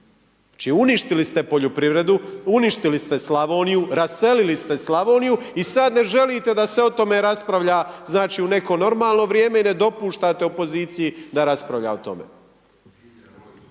Znači uništili ste poljoprivredu, uništili ste Slavoniju, raselili ste Slavoniju i sad ne želite da se o tome raspravlja znači u neko normalno vrijeme, ne dopuštati opoziciji da raspravlja o tome.